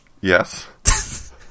Yes